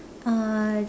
uh